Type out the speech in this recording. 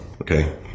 okay